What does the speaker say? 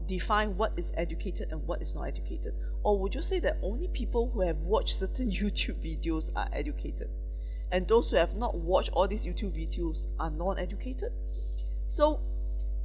define what is educated and what is not educated or would you say that only people who have watched certain YouTube videos are educated and those who have not watched all these YouTube videos are not educated so